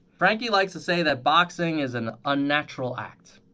frankie likes to say that boxing is an unnatural act